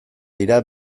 dira